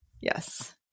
Yes